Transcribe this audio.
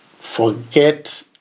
Forget